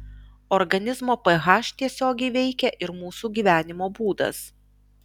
organizmo ph tiesiogiai veikia ir mūsų gyvenimo būdas